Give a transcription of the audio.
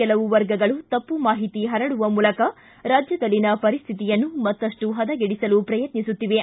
ಕೆಲ ವರ್ಗಗಳು ತಪ್ಪು ಮಾಹಿತಿ ಪರಡುವ ಮೂಲಕ ರಾಜ್ಯದಲ್ಲಿನ ಪರಿಸ್ವಿತಿಯನ್ನು ಮತ್ತಪ್ಪು ಪದಗೆಡಿಸಲು ಪ್ರಯತ್ನಿಸುತ್ತಿವೆ